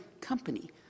company